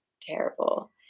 terrible